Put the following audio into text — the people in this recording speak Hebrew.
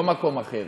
לא מקום אחר,